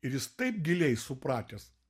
ir jis taip giliai supratęs